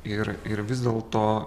ir ir vis dėlto